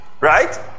right